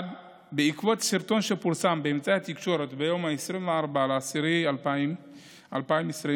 בעקבות סרטון שפורסם באמצעי התקשורת ביום 20 באוקטובר 2020,